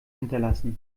hinterlassen